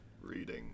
Reading